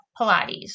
Pilates